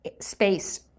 space